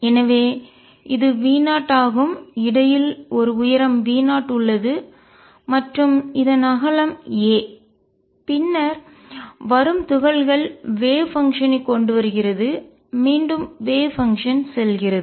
எனவே இது V0 ஆகும் இடையில் ஒரு உயரம் V0 உள்ளது மற்றும் இதன் அகலம் a பின்னர் வரும் துகள்கள் வேவ் பங்ஷன் அலை செயல்பாடு கொண்டு வருகிறது மீண்டும் வேவ் பங்ஷன் அலை செயல்பாடு செல்கிறது